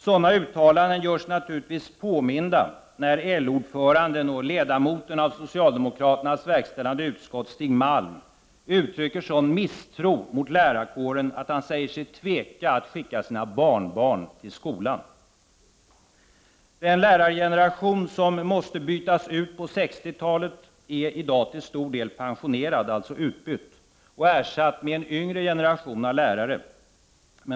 Sådana uttalanden gör sig naturligtvis påminda när LO-ordföranden, och ledamoten av socialdemokraternas verkställande utskott, Stig Malm, uttrycker sådan misstro mot lärarkåren att han säger sig tveka att skicka sina barnbarn till skolan. Den lärargeneration som måste bytas ut på 60-talet är i dag till stor del pensionerad och ersatt med yngre lärare.